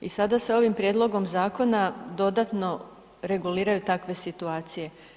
I sada se ovim prijedlogom zakona dodatno reguliraju takve situacije.